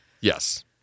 Yes